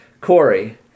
Corey